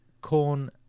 Corn